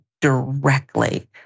directly